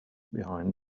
behind